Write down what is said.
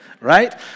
right